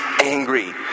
angry